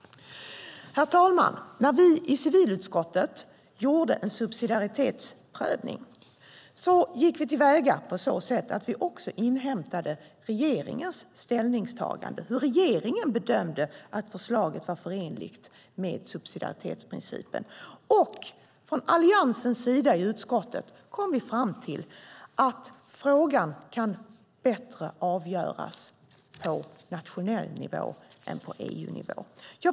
Herr talman! När vi i civilutskottet gjorde en subsidiaritetsprövning gick vi så till väga att vi också inhämtade regeringens ställningstagande, hur regeringen bedömde att förslaget var förenligt med subsidiaritetsprincipen. Från Alliansens sida i utskottet kom vi fram till att frågan kan avgöras bättre på nationell nivå än på EU-nivå.